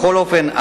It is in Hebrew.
בכל אופן,